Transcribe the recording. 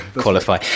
qualify